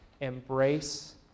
Embrace